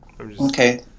okay